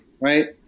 right